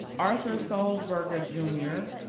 arthur sulzberger junior,